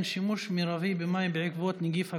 שימוש מרבי במים בעקבות נגיף הקורונה,